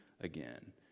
again